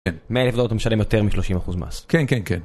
100,000 אוטו משלם יותר מ-30% מס. כן, כן, כן.